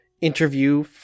interview